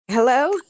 Hello